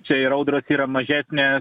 čia ir audros yra mažesnės